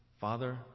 Father